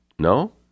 No